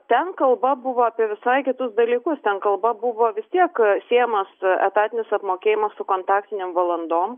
ten kalba buvo apie visai kitus dalykus ten kalba buvo vis tiek siejamas etatinis apmokėjimas su kontaktinėm valandom